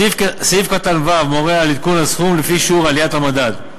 סעיף קטן (ו) מורה על עדכון הסכום לפי שיעור עליית המדד.